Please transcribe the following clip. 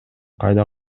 кайда